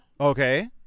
okay